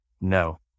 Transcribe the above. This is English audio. No